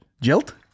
Jilt